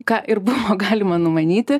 ką ir buvo galima numanyti